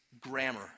grammar